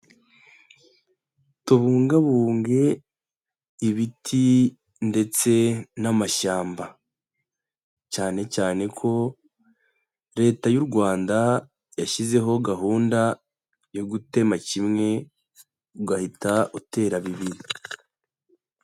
Tubungabunge ibiti ndetse n'amashyamba. Cyane cyane ko Leta y'u Rwanda yashyizeho gahunda yo gutema kimwe ugahita utera bibiri.